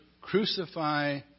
Crucify